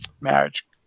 marriage